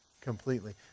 completely